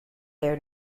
their